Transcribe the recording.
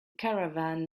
caravan